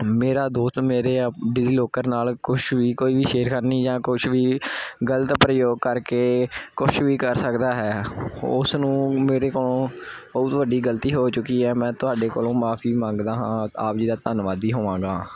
ਮੇਰਾ ਦੋਸਤ ਮੇਰੇ ਡੀਜ਼ੀ ਲੋਕਰ ਨਾਲ ਕੁਛ ਵੀ ਕੋਈ ਵੀ ਛੇੜਖਾਨੀ ਜਾਂ ਕੁਛ ਵੀ ਗਲਤ ਪ੍ਰਯੋਗ ਕਰਕੇ ਕੁਛ ਵੀ ਕਰ ਸਕਦਾ ਹੈ ਉਸ ਨੂੰ ਮੇਰੇ ਕੋਲੋਂ ਬਹੁਤ ਵੱਡੀ ਗਲਤੀ ਹੋ ਚੁੱਕੀ ਹੈ ਮੈਂ ਤੁਹਾਡੇ ਕੋਲੋਂ ਮਾਫੀ ਮੰਗਦਾ ਹਾਂ ਆਪ ਜੀ ਦਾ ਧੰਨਵਾਦ ਹੀ ਹੋਵਾਂਗਾ